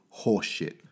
horseshit